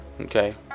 Okay